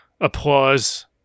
applause